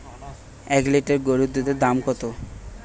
এক লিটার গোরুর দুধের দাম কত?